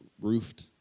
roofed